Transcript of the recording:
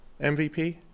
MVP